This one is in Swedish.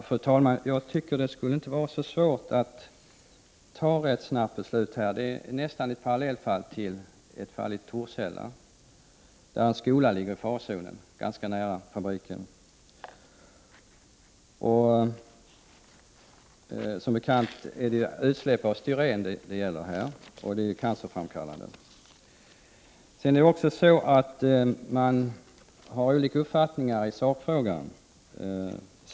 Fru talman! Jag tycker inte att det skulle vara så svårt att snabbt fatta rätt beslut. Detta är nästan ett parallellfall till ett fall i Torshälla, där en skola ligger i farozonen, ganska nära en fabrik. Det är som bekant fråga om utsläpp av styren, som är cancerframkallande. Det finns olika uppfattningar i sakfrågan.